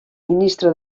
ministre